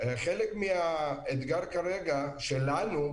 חלק מהאתגר כרגע שלנו,